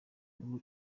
ubu